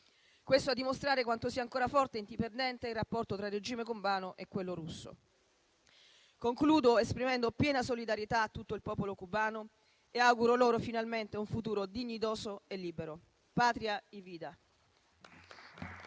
Questo a dimostrare quanto sia ancora forte e indipendente il rapporto tra il regime cubano e quello russo. Concludo esprimendo piena solidarietà a tutto il popolo cubano e auguro loro finalmente un futuro dignitoso e libero. *Patria y vida*.